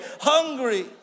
hungry